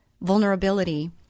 vulnerability